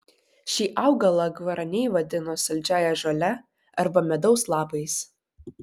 šį augalą gvaraniai vadino saldžiąja žole arba medaus lapais